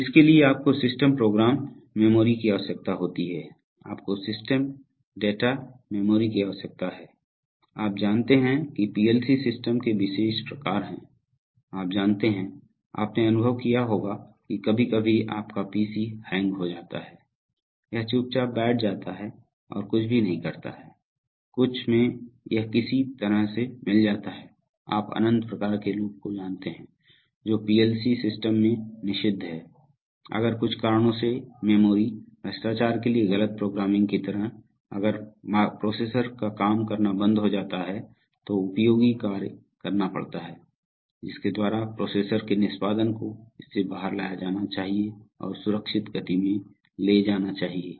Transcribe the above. तो इसके लिए आपको सिस्टम प्रोग्राम मेमोरी की आवश्यकता है आपको सिस्टम डेटा मेमोरी की आवश्यकता है आप जानते हैं कि पीएलसी सिस्टम के विशेष प्रकार हैं आप जानते हैं आपने अनुभव किया होगा कि कभी कभी आपका पीसी हैंग हो जाता है यह चुप चाप बैठ जाता है और कुछ भी नहीं करता है कुछ में यह किसी तरह से मिल जाता है आप अनंत प्रकार के लूप को जानते हैं जो पीएलसी सिस्टम में निषिद्ध है अगर कुछ कारणों से मेमोरी भ्रष्टाचार के लिए गलत प्रोग्रामिंग की तरह अगर प्रोसेसर का काम करना बंद हो जाता है तो उपयोगी कार्य करना पड़ता है जिसके द्वारा प्रोसेसर के निष्पादन को इससे बाहर लाया जाना चाहिए और सुरक्षित गति में ले जाना चाहिए